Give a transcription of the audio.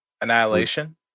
Annihilation